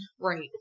Right